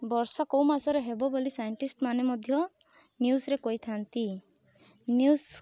ବର୍ଷା କେଉଁ ମାସରେ ହେବ ବୋଲି ସାଇଣ୍ଟିଷ୍ଟ ମାନେ ମଧ୍ୟ ନିଉଜରେ କହିଥାନ୍ତି ନିଉଜ